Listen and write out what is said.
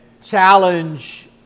challenge